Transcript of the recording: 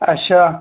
अच्छा